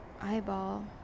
eyeball